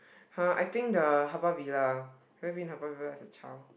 !huh! I think the Haw-Par-Villa have you been Haw-Par-Villa as a child